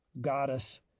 goddess